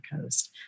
coast